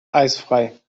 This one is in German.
eisfrei